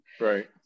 Right